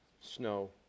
Snow